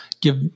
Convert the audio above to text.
give